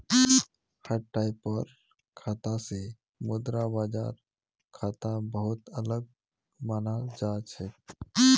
हर टाइपेर खाता स मुद्रा बाजार खाता बहु त अलग मानाल जा छेक